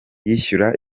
yishyura